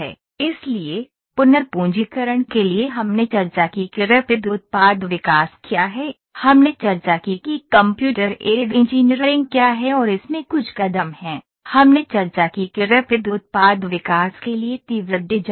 इसलिए पुनर्पूंजीकरण के लिए हमने चर्चा की कि रैपिड उत्पाद विकास क्या है हमने चर्चा की कि कंप्यूटर एडेड इंजीनियरिंग क्या है और इसमें कुछ कदम हैं हमने चर्चा की कि रैपिड उत्पाद विकास के लिए तीव्र डिजाइन क्या है